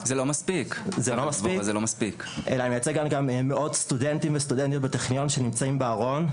אלא אני מייצג גם מאות סטודנטים וסטודנטיות בטכניון שנמצאים בארון,